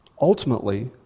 ultimately